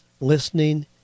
listening